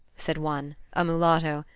said one, a mulatto,